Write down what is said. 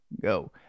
go